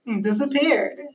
disappeared